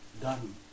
done